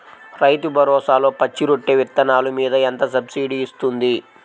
రైతు భరోసాలో పచ్చి రొట్టె విత్తనాలు మీద ఎంత సబ్సిడీ ఇస్తుంది?